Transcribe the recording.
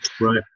right